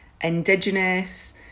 indigenous